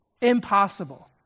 impossible